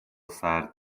سردتر